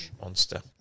monster